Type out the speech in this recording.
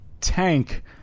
tank